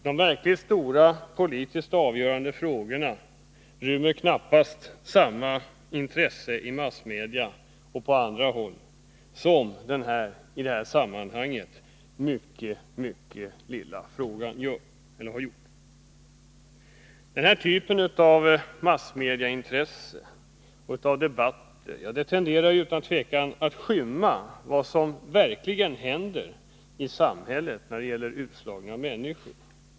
De verkligt stora och politiskt avgörande frågorna röner knappast samma intresse i massmedia och på andra håll som den här, i sammanhanget mycket obetydliga, frågan har gjort. Den typen av massmedieintresse och av debatter tenderar att skymma vad som verkligen händer i samhället när det gäller utslagna människor.